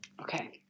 Okay